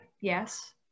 Yes